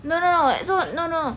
no no no so no no